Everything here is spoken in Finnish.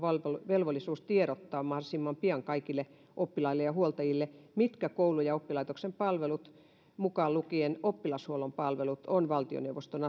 velvollisuus tiedottaa mahdollisimman pian kaikille oppilaille ja huoltajille mitkä koulu ja oppilaitoksen palvelut mukaan lukien oppilashuollon palvelut on valtioneuvoston